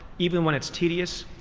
even when it's tedious,